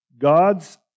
God's